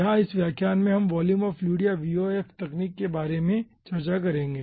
यहाँ इस व्याख्यान में हम वॉल्यूम ऑफ़ लिक्विड या VOF तकनीक के बारे में चर्चा करेंगे